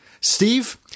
Steve